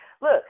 look